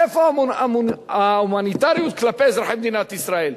איפה ההומניטריות כלפי אזרחי מדינת ישראל?